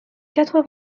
quatre